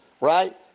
right